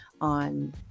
on